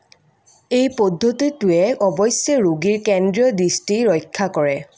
এই পদ্ধতিটোৱে অৱশ্যে ৰোগীৰ কেন্দ্ৰীয় দৃষ্টি ৰক্ষা কৰে